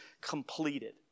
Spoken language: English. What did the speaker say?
completed